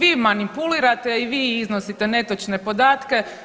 Vi, vi manipulirate i vi iznosite netočne podatke.